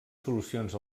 solucions